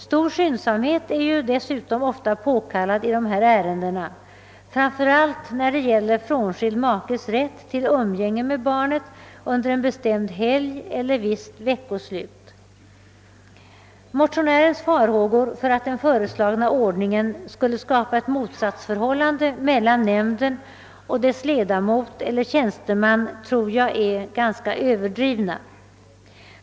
Stor skyndsamhet är dessutom ofta påkallad i dessa ärenden, framför allt när det gäller frånskild makes rätt till umgänge med barnet under en bestämd helg eller visst veckoslut. Motionärens farhågor för att den föreslagna ordningen skulle skapa ett motsatsförhållande mellan nämnden och dess ledamot eller tjänsteman tror jag är något överdrivna.